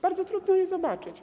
Bardzo trudno je zobaczyć.